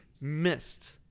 missed